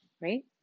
right